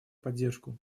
поддержку